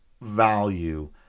value